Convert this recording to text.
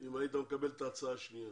אם היית מקבל את ההצעה שלי.